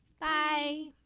Bye